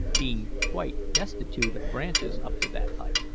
being quite destitute of branches up to that height,